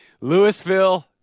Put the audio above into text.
Louisville